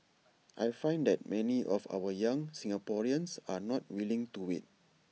I find that many of our young Singaporeans are not willing to wait